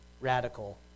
radical